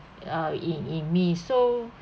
uh in in me so